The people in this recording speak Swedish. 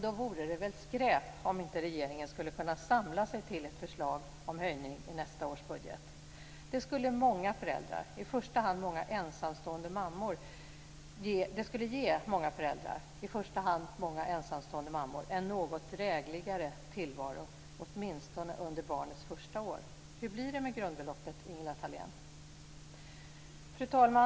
Då vore det väl skräp om regeringen inte skulle kunna samla sig till ett förslag om höjning i nästa års budget. Det skulle ge många föräldrar, i första hand många ensamstående mammor, en något drägligare tillvaro åtminstone under barnets första år. Hur blir det med grundbeloppet, Ingela Thalén? Fru talman!